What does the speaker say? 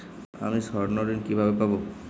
আমি স্বর্ণঋণ কিভাবে পাবো?